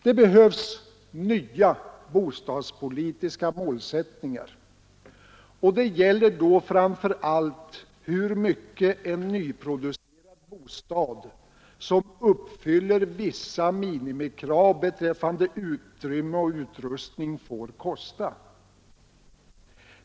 Det behövs nya bostadspolitiska målsättningar, och det gäller framför allt hur mycket en nyproducerad bostad, som uppfyller vissa minimikrav beträffande utrymme och utrustning, får kosta.